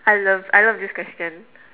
I love I love this question